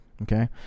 Okay